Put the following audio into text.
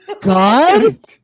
God